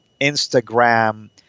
Instagram